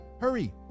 Hurry